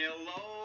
Hello